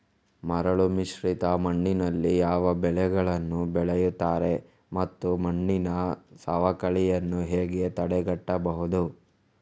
ಮರಳುಮಿಶ್ರಿತ ಮಣ್ಣಿನಲ್ಲಿ ಯಾವ ಬೆಳೆಗಳನ್ನು ಬೆಳೆಯುತ್ತಾರೆ ಮತ್ತು ಮಣ್ಣಿನ ಸವಕಳಿಯನ್ನು ಹೇಗೆ ತಡೆಗಟ್ಟಬಹುದು?